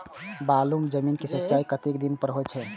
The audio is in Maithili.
बालू जमीन क सीचाई कतेक दिन पर हो छे?